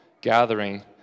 gathering